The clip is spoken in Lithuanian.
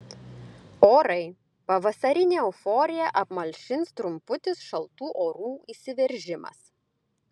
orai pavasarinę euforiją apmalšins trumputis šaltų orų įsiveržimas